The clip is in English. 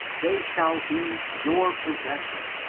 they shall be your possession.